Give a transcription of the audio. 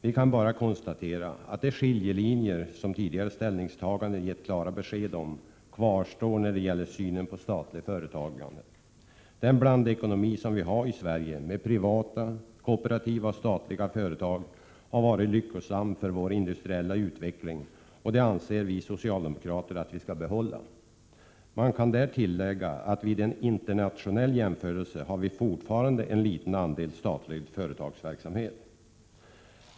Vi kan bara konstatera att den skiljelinje som tidigare ställningstaganden gett klara besked om kvarstår när det gäller synen på statligt företagande. Den blandekonomi som vi har i Sverige med privata, kooperativa och statliga företag har varit lyckosam för vår industriella utveckling, och den anser vi socialdemokrater att vi skall behålla. Man kan där tillägga att vi i Sverige vid en internationell jämförelse fortfarande har en liten andel statlig företagsverksamhet.